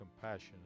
compassion